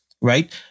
right